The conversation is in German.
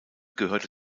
gehörte